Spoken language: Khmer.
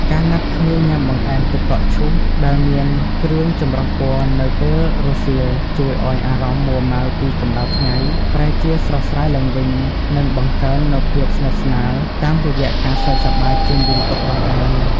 ការណាត់គ្នាញ៉ាំបង្អែមទឹកកកឈូសដែលមានគ្រឿងចម្រុះពណ៌នៅពេលរសៀល ជួយឱ្យអារម្មណ៍មួម៉ៅពីកម្ដៅថ្ងៃប្រែជាស្រស់ស្រាយឡើងវិញ និងបង្កើននូវភាពស្និទ្ធស្នាលតាមរយៈការសើចសប្បាយជុំវិញតុបង្អែម។